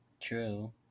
True